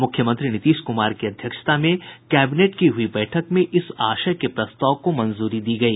मुख्यमंत्री नीतीश कुमार की अध्यक्षता में कैबिनेट की हुई बैठक में इस आशय के प्रस्ताव को मंजूरी दी गई